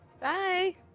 bye